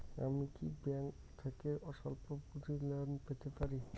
আমি কি ব্যাংক থেকে স্বল্প পুঁজির লোন পেতে পারি?